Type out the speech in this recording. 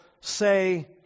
say